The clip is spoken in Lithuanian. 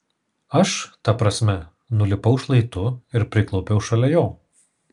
aš ta prasme nulipau šlaitu ir priklaupiau šalia jo